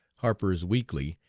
harper's weekly,